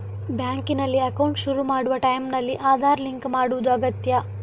ಬ್ಯಾಂಕಿನಲ್ಲಿ ಅಕೌಂಟ್ ಶುರು ಮಾಡುವ ಟೈಂನಲ್ಲಿ ಆಧಾರ್ ಲಿಂಕ್ ಮಾಡುದು ಅಗತ್ಯ